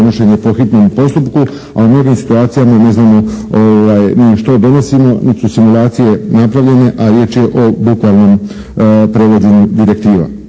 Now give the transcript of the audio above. donošenje po hitnom postupku, a u mnogim situacijama ne znamo ni što donosimo nit su simulacije napravljene, a riječ je o bukvalnom prevođenju direktiva.